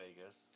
Vegas